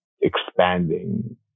expanding